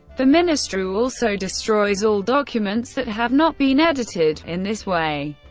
the ministrue also destroys all documents that have not been edited in this way,